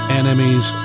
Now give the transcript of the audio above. enemies